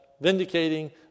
vindicating